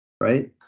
Right